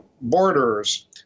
borders